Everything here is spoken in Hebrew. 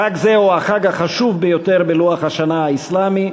חג זה הוא החג החשוב ביותר בלוח השנה האסלאמי.